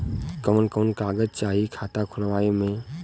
कवन कवन कागज चाही खाता खोलवावे मै?